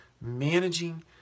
managing